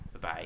Bye